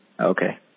Okay